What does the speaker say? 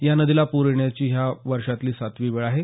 या नदीला पूर येण्याची ही या वर्षीची सातवी वेळ आहे